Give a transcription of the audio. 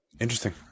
interesting